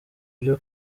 byo